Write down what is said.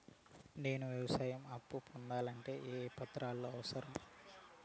నేను వ్యవసాయం అప్పు పొందాలంటే ఏ ఏ పత్రాలు అవసరం?